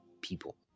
people